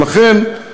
ולכן,